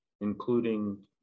including